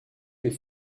est